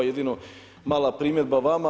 Jedino mala primjedba vama.